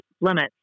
limits